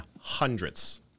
hundreds